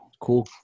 cool